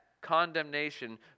condemnation